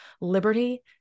liberty